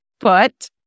foot